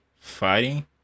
fighting